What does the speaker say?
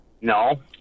no